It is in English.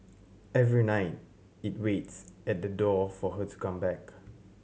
every night it waits at the door for her to come back